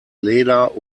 leder